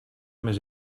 més